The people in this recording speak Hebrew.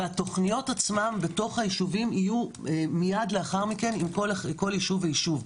והתוכניות עצמן בתוך היישובים יהיו מייד לאחר מכן עם כל יישוב ויישוב.